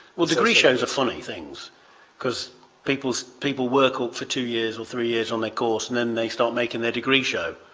well, degree shows are funny things because people people work on for two years or three years on their course. then they start making their degree show.